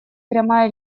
прямая